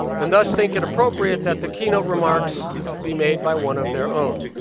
and thus think it appropriate that the keynote remarks be made by one of their own.